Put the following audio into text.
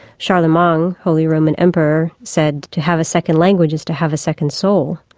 charlemagne, holy roman emperor, said to have a second language is to have a second soul.